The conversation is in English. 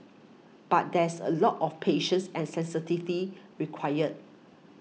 but there's a lot of patience and sensitivity required